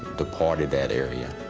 departed that area.